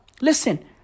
listen